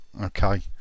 Okay